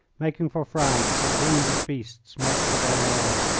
making for france as wounded beasts make for their lair.